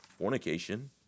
fornication